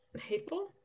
hateful